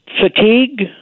Fatigue